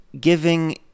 giving